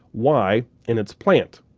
y, in its plant.